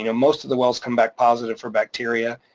you know most of the wells come back positive for bacteria.